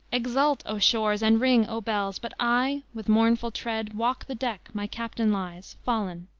exult, o shores, and ring, o bells! but i, with mournful tread, walk the deck, my captain lies fallen,